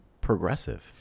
progressive